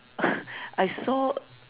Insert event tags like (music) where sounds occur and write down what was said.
(breath) I saw